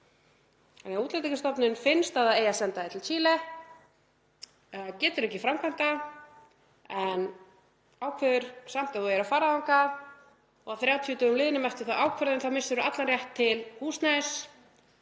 Þannig að Útlendingastofnun finnst að það eigi að senda þig til Chile, getur ekki framkvæmt það en ákveður samt að þú eigir að fara þangað og að 30 dögum liðnum, eftir þá ákvörðun, missirðu allan rétt til húsnæðis,